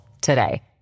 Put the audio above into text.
today